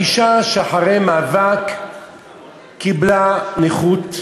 אישה שאחרי מאבק קיבלה אישור נכות,